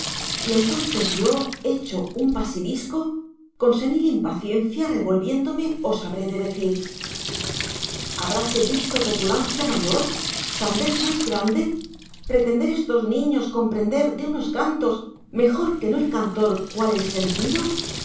y entonces yo hecho un basilisco con senil impaciencia revolviéndome os habré de decir habrase visto petulancia mayor sandez más grande pretender estos niños comprender de unos cantos mejor que no el cantor cual el sentido